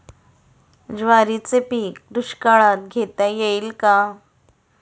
ज्वारीचे पीक दुष्काळात घेता येईल का?